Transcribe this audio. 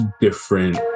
different